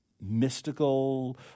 mystical